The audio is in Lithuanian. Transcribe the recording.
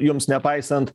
jums nepaisant